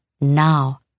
now